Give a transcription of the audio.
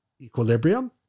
equilibrium